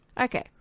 Okay